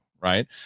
right